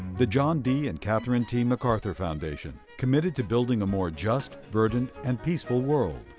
the john d. and catherine t. macarthur foundation, committed to building a more just, verdant, and peaceful world.